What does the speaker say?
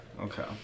Okay